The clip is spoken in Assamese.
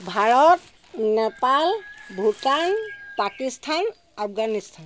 ভাৰত নেপাল ভূটান পাকিস্তান আফগানিস্তান